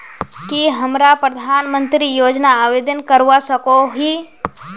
की हमरा प्रधानमंत्री योजना आवेदन करवा सकोही?